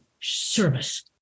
service